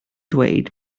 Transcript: dweud